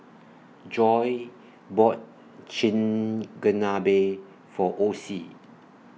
Joi bought Chigenabe For Osie